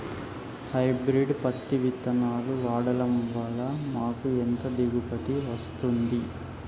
Hybrid పత్తి విత్తనాలు వాడడం వలన మాకు ఎంత దిగుమతి వస్తుంది?